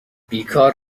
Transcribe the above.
بیکار